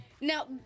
Now